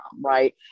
Right